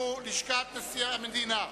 שהוא לשכת נשיא המדינה.